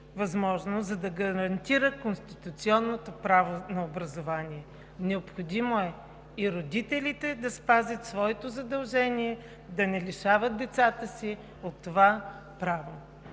за да гарантира конституционното право на образование. Необходимо е и родителите да спазят своето задължение – да не лишават децата си от това право.